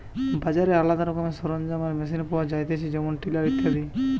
বাজারে আলদা রকমের সরঞ্জাম আর মেশিন পাওয়া যায়তিছে যেমন টিলার ইত্যাদি